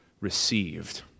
received